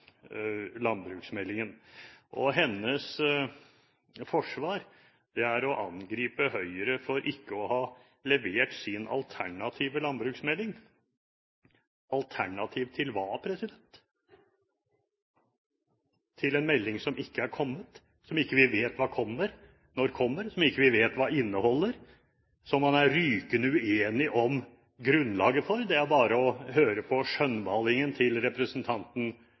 landbruksmeldingen. Hennes forsvar er å angripe Høyre for ikke å ha levert sin alternative landbruksmelding – alternativ til hva? Til en melding som ikke er kommet, som vi ikke vet når kommer, som vi ikke vet hva inneholder, som man er rykende uenig om grunnlaget for. Det er bare å høre på skjønnmalingen til representanten